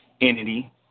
entity